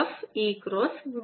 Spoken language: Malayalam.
E